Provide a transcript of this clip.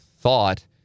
thought